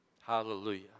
Hallelujah